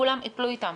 כולם ייפלו אתם.